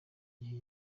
gihe